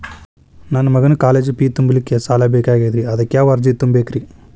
ನನ್ನ ಮಗನ college fee ತುಂಬಲಿಕ್ಕೆ ಸಾಲ ಬೇಕಾಗೆದ್ರಿ ಅದಕ್ಯಾವ ಅರ್ಜಿ ತುಂಬೇಕ್ರಿ?